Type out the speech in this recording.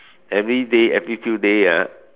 every day every few day ah